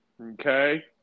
Okay